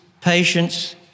patience